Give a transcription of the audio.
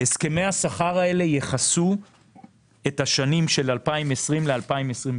הסכמי השכר האלה יכסו את השנים של 2020 ל-2022,